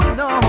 no